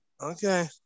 Okay